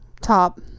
Top